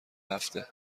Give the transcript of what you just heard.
هفته